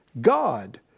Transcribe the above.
God